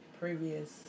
previous